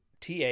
TA